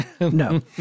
No